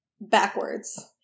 backwards